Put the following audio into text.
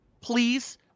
please